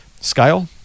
scale